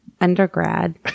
undergrad